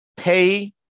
Pay